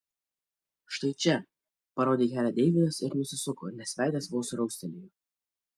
štai čia parodė kelią deividas ir nusisuko nes veidas vos raustelėjo